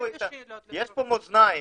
פה מאזניים,